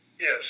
yes